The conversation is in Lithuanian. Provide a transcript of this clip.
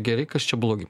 geri kas čia blogi